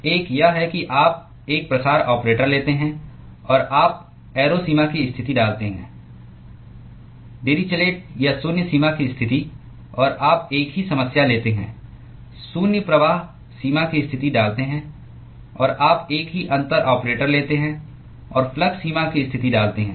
एक यह है कि आप एक प्रसार ऑपरेटर लेते हैं और आप एरो सीमा की स्थिति डालते हैं - डिरिचलेट या शून्य सीमा की स्थिति और आप एक ही समस्या लेते हैं शून्य प्रवाह सीमा की स्थिति डालते हैं और आप एक ही अंतर ऑपरेटर लेते हैं और फ्लक्स सीमा की स्थिति डालते हैं